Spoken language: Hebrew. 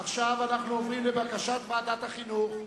עכשיו אנו עוברים לבקשת ועדת החינוך,